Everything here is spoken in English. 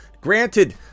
Granted